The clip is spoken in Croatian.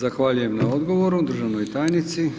Zahvaljujem na odgovoru državnoj tajnici.